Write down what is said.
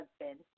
husband